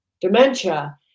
dementia